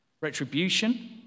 Retribution